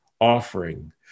offering